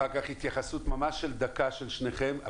אחר כך התייחסות ממש של דקה של שניכם,